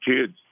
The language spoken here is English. kids